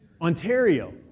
Ontario